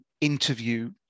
interview